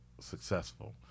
successful